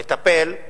לטפל,